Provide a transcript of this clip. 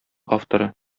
авторы